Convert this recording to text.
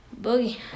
Boogie